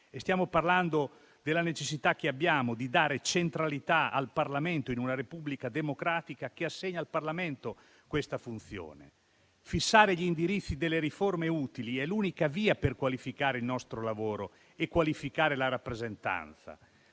Stiamo parlando della necessità che abbiamo di dare centralità al Parlamento in una repubblica democratica che assegna al Parlamento questa funzione. Fissare gli indirizzi delle riforme utili è l'unica via per qualificare il nostro lavoro e la rappresentanza.